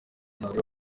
babiri